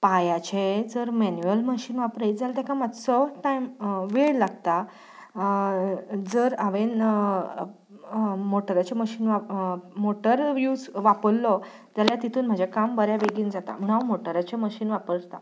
पायांचें जर manual machine वापरीत जाल्यार तेका मातसो वेळ लागता जर हांवेन मोटराचें मशीन मोटर यूज वापरलो जाल्यार तितून म्हजें काम बरें बेगीन जाता म्हूण हांव मोटराचें मशीन वापरतां